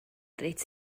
reit